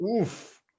Oof